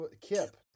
Kip